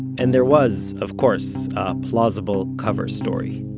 and there was of course a plausible cover story